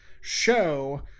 show